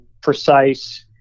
precise